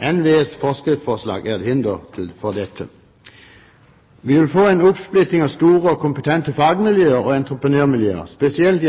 NVEs forskriftsforslag er et hinder for dette. Vi vil få en oppsplitting av store og kompetente fagmiljøer og entreprenørmiljøer, spesielt